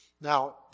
Now